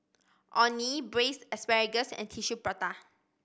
Orh Nee Braised Asparagus and Tissue Prata